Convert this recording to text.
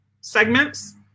segments